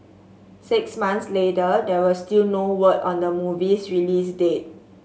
six months later there was still no word on the movie's release date